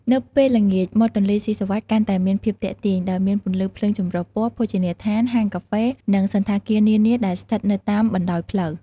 នៅពេលល្ងាច មាត់ទន្លេសុីសុវត្ថិកាន់តែមានភាពទាក់ទាញ ដោយមានពន្លឺភ្លើងចម្រុះពណ៌ ភោជនីយដ្ឋាន ហាងកាហ្វេ និងសណ្ឋាគារនានាដែលស្ថិតនៅតាមបណ្ដោយផ្លូវ។